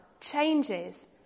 changes